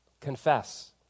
Confess